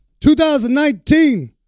2019